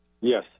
Yes